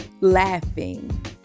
laughing